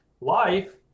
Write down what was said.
Life